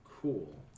Cool